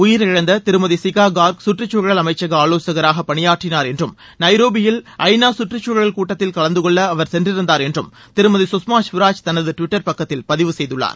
உயிரிழந்த திருமதி சிக்கா கார்க் சுற்றுசூழல் அமைச்சக ஆலோசகராக பணியாற்றினார் என்றும் நைரோபியில் ஐ நா சுற்றுச்சூழல் கூட்டத்தில் கலந்துகொள்ள அவர் சென்றிருந்தார் என்றும் திருமதி சுஷ்மா சுவராஜ் தனது டுவிட்டர் பக்கத்தில் பதிவு செய்துள்ளார்